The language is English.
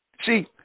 See